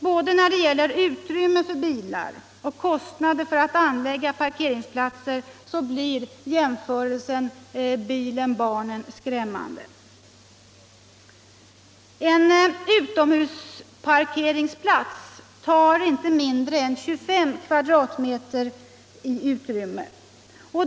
Både när det gäller utrymme för bilar och kostnader för att anlägga parkeringsplatser blir jämförelsen mellan bilen och barnet skrämmande. En utomhusparkeringsplats tar inte mindre än 25 m? i utrymme.